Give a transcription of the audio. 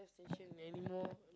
live station any more